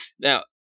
Now